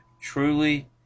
truly